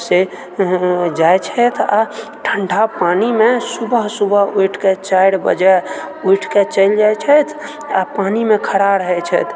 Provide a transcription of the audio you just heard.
सँ जाइत छथि आ ठण्डा पानिमे सुबह सुबह उठिके चारि बजे उठिके चलि जाइत छथि आ पानिमे खड़ा रहैत छथि